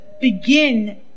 begin